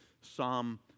Psalm